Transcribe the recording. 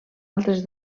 altres